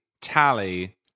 tally